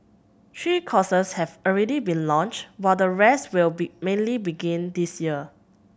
three courses have already been launched while the rest will be mainly begin this year